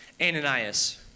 Ananias